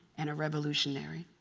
and a revolutionary.